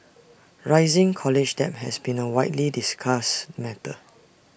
rising college debt has been A widely discussed matter